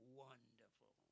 wonderful